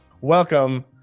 Welcome